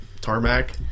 tarmac